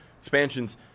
expansions